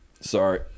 Sorry